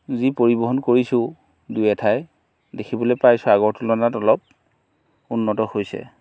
যি পৰিবহণ কৰিছোঁ দুই এঠাইত দেখিবলৈ পাইছোঁ আগৰ তুলনাত অলপ উন্নত হৈছে